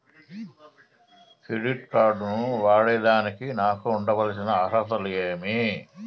Credit card ను వాడేదానికి నాకు ఉండాల్సిన అర్హతలు ఏమి?